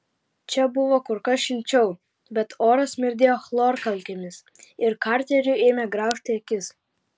čia buvo kur kas šilčiau bet oras smirdėjo chlorkalkėmis ir karteriui ėmė graužti akis